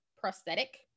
prosthetic